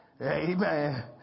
Amen